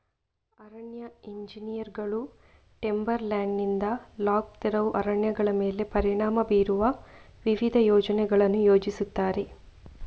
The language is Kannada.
ಅರಣ್ಯ ಎಂಜಿನಿಯರುಗಳು ಟಿಂಬರ್ ಲ್ಯಾಂಡಿನಿಂದ ಲಾಗ್ ತೆರವು ಅರಣ್ಯಗಳ ಮೇಲೆ ಪರಿಣಾಮ ಬೀರುವ ವಿವಿಧ ಯೋಜನೆಗಳನ್ನು ಯೋಜಿಸುತ್ತಾರೆ